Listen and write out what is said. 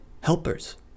helpers